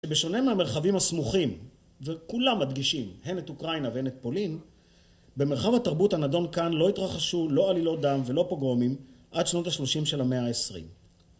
שבשונה מהמרחבים הסמוכים, וכולם מדגישים, הן את אוקראינה והן את פולין, במרחב התרבות הנדון כאן לא התרחשו לא עלילות דם ולא פוגרומים עד שנות ה-30 של המאה ה-20.